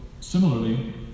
similarly